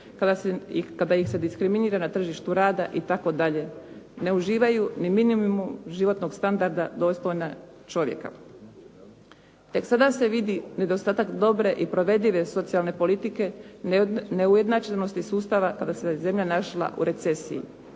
kada ih se diskriminira na tržištu rada itd., ne uživaju ni u minimumu životnog standarda dostojna čovjeka. Tek sada se vidi nedostatak dobre i provedive socijalne politike, neujednačenosti sustava kada se zemlja našla u recesiji.